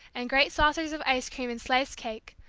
and great saucers of ice cream and sliced cake,